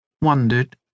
wondered